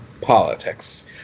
politics